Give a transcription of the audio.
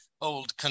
old